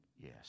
yes